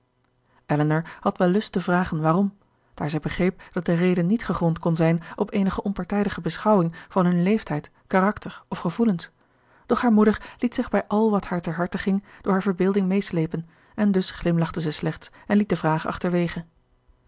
had wel lust te vragen waarom daar zij begreep dat de reden niet gegrond kon zijn op eenige onpartijdige beschouwing van hun leeftijd karakter of gevoelens doch haar moeder liet zich bij al wat haar ter harte ging door haar verbeelding meesleepen en dus glimlachte zij slechts en liet de vraag achterwege